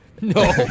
No